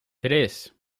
tres